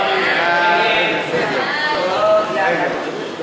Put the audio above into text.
ההצעה להעביר את הצעת חוק לתיקון פקודת העדה